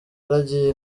aragiye